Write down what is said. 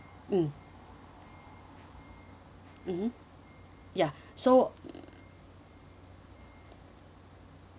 mm mmhmm ya so